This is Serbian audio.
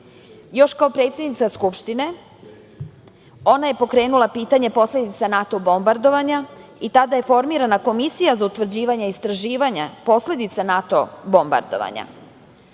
Još kao predsednica Skupštine ona je pokrenula pitanje posledica NATO bombardovanja i tada je formirana Komisija za utvrđivanje i istraživanje posledica NATO bombardovanja.U